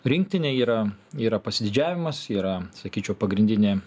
rinktinė yra yra pasididžiavimas yra sakyčiau pagrindinė